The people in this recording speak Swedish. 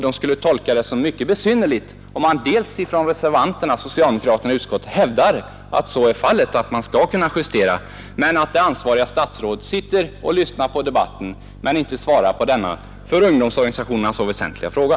De skulle också uppfatta det som mycket besynnerligt om socialdemokraterna i utskottet hävdar att detta skall bli fallet, att man skall kunna justera, men att det ansvariga statsrådet som lyssnar på debatten i kammaren inte svarar på denna för ungdomsorganisationerna så väsentliga fråga.